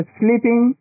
sleeping